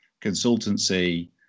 consultancy